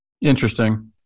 Interesting